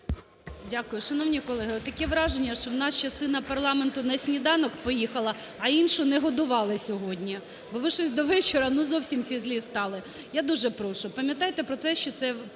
Дякую. Шановні колеги, таке враження, що в нас частину парламенту на сніданок поїхала, а іншу не годували сьогодні, бо ви щось до вечора, ну, зовсім всі злі стали. Я дуже прошу пам'ятайте про те, що це